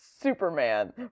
Superman